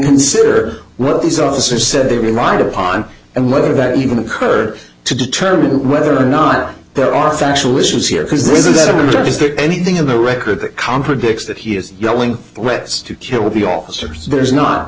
consider what these officers said they relied upon and whether that even occurred to determine whether or not there are factual issues here because this is a service that anything of the record that contradicts that he is yelling let's to kill the officers there's not